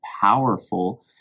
powerful